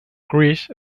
greece